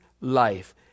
life